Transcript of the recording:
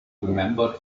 remembered